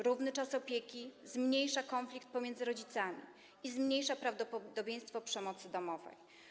Równy czas opieki zmniejsza konflikt pomiędzy rodzicami i zmniejsza prawdopodobieństwo przemocy domowej.